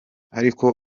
ariko